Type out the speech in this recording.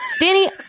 Danny